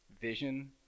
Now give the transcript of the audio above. vision